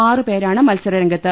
ആറ് പേരാണ് മത്സര രംഗത്ത്